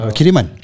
Kiriman